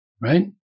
right